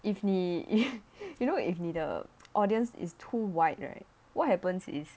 if 你 you know if 你的 audience is too wide right what happens is